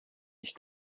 ich